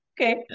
Okay